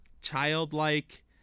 childlike